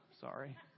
Sorry